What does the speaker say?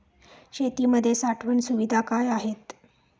शेतीमध्ये साठवण सुविधा काय आहेत?